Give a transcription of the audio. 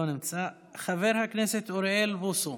לא נמצא, חבר הכנסת אוריאל בוסו,